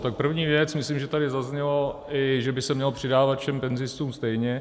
Tak první věc, myslím, že tady zaznělo, že by se mělo přidávat všem penzistům stejně.